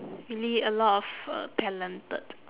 really a lot of uh talented